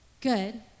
Good